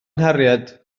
nghariad